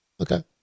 Okay